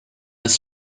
ist